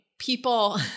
people